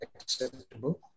acceptable